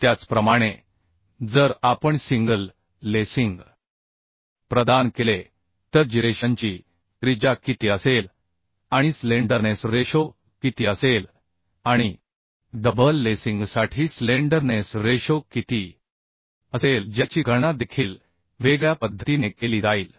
त्याचप्रमाणे जर आपण सिंगल लेसिंग प्रदान केले तर जिरेशनची त्रिज्या किती असेल आणि स्लेंडरनेस रेशो किती असेल आणि डबल लेसिंगसाठी स्लेंडरनेस रेशो किती असेल ज्याची गणना देखील वेगळ्या पद्धतीने केली जाईल